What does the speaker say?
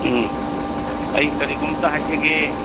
ꯎꯝ ꯑꯩ ꯀꯔꯤꯒꯨꯝꯇ ꯍꯥꯏꯖꯒꯦ